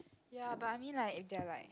ya but I mean like if they're like